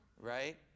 Right